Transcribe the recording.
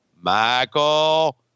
Michael